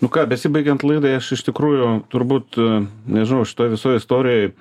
nu ką besibaigiant laidai aš iš tikrųjų turbūt nežinau šitoj visoj istorijoj